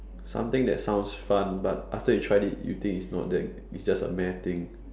something that sounds fun but after you tried it you think it's not that it's just a meh thing